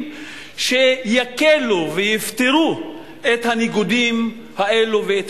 כלשהם שיקלו ויפתרו את הניגודים האלה ואת